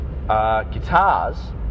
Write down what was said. guitars